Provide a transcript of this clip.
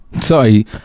Sorry